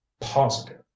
positive